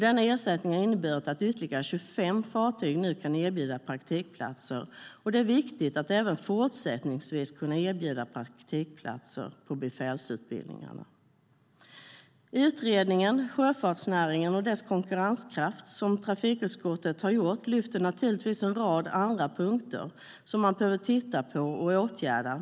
Denna ersättning har inneburit att ytterligare 25 fartyg nu kan erbjuda praktikplatser. Det är viktigt att även fortsättningsvis kunna erbjuda praktikplatser på befälsutbildningarna., som trafikutskottet har gjort, lyfter naturligtvis en rad andra punkter som man behöver titta på och åtgärda.